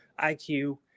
iq